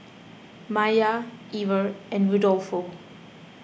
Maiya Ever and Rudolfo